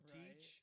teach